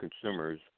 consumers